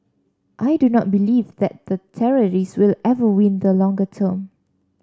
I do not believe that the terrorist will ever win the longer term